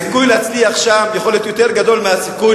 הסיכוי להצליח שם יכול להיות יותר גדול מהסיכוי